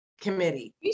committee